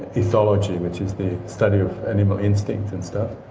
ethology, which is the study of animal instincts and stuff.